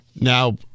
Now